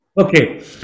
Okay